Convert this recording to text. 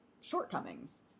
shortcomings